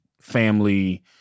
family